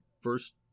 first